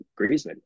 Griezmann